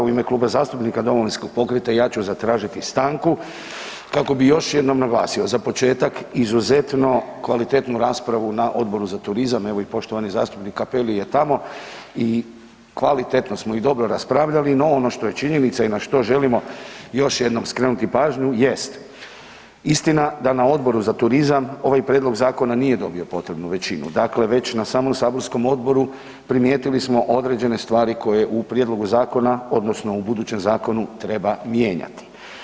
U ime Kluba zastupnika Domovinskog pokreta i ja ću zatražiti stanku kako bi još jednom naglasio, za početak, izuzetno kvalitetnu raspravu na Odboru za turizam, evo, i poštovani zastupnik Cappelli je tamo i kvalitetno smo i dobro raspravljali, no ono što je činjenica i na što želimo još jednom skrenuti pažnju jest, istina da na Odboru za turizam ovaj prijedlog zakona nije dobio potrebnu većinu, dakle već na samom saborskom odboru primijetili smo određene stvari koje u prijedlogu zakona, odnosno u budućem zakonu treba mijenjati.